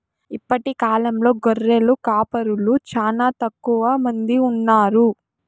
ఇప్పటి కాలంలో గొర్రెల కాపరులు చానా తక్కువ మంది ఉన్నారు